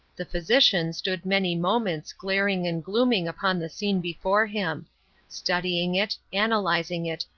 the physician stood many moments glaring and glooming upon the scene before him studying it, analyzing it,